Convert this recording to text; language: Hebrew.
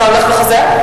אתה הולך וחוזר?